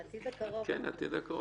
כן, העתיד הקרוב.